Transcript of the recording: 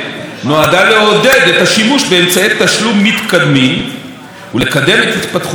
נועדה לעודד את השימוש באמצעי תשלום מתקדמים ולקדם את התפתחותם,